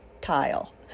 tile